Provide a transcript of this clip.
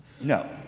No